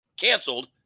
canceled